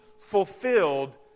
fulfilled